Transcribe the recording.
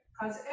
cause